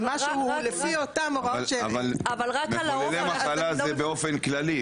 לפי אותן הוראות --- אבל מחוללי מחלה זה באופן כללי.